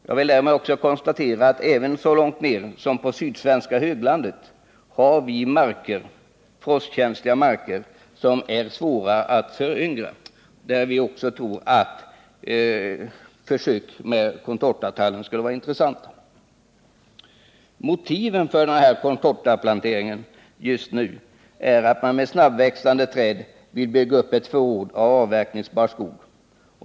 Jag vill också konstatera att även så långt ned som på sydsvenska höglandet har vi frostkänsliga marker som är svåra att föryngra, där vi också tror att försök med contortatallen skulle vara intressanta. Motiven för contortaplantering just nu är att man med snabbväxande träd vill bygga upp ett förråd av avverkningsbar skog.